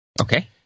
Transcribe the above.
okay